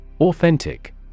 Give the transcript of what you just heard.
Authentic